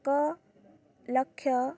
ଏକ ଲକ୍ଷ